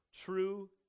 True